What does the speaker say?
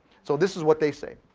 so this is what they say.